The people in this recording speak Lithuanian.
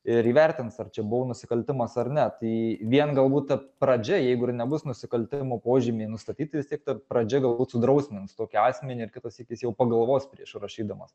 ir įvertins ar čia buvo nusikaltimas ar ne tai vien galbūt ta pradžia jeigu ir nebus nusikaltimo požymiai nustatyti vis tiek ta pradžia galbūt sudrausmins tokį asmenį ir kitąsyk jis jau pagalvos prieš rašydamas